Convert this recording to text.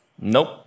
Nope